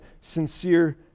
sincere